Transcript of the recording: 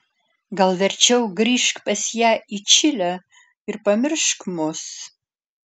gal verčiau grįžk pas ją į čilę ir pamiršk mus